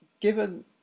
Given